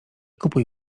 kupuj